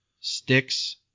Sticks